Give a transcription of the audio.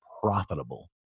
profitable